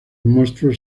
monstruos